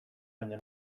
baino